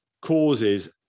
causes